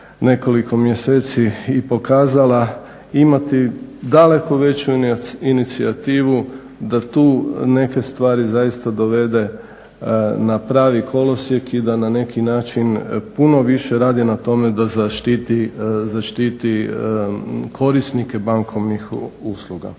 nekoliko mjeseci i pokazala imati daleko veću inicijativu da tu neke stvari zaista dovede na pravi kolosijek i da na neki način puno više radi na tome da zaštiti korisnike bankovnih usluga.